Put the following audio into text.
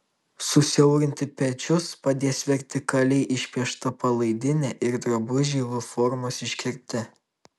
susiaurinti pečius padės vertikaliai išpiešta palaidinė ir drabužiai v formos iškirpte